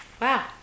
Wow